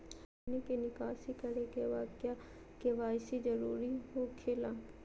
हमनी के निकासी करे के बा क्या के.वाई.सी जरूरी हो खेला?